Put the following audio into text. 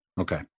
Okay